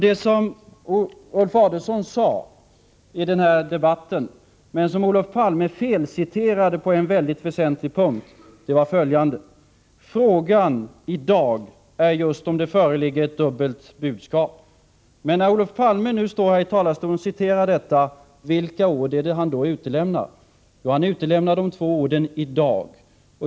Det som Ulf Adelsohn sade i den debatten men som Olof Palme felciterade på en väldigt väsentlig punkt var följande: ”Frågan i dag är just om det föreligger ett dubbelt budskap.” När Olof Palme står här i talarstolen och citerar detta, vilka ord är det han då utelämnar? Jo, han utelämnar de två orden ”i dag”.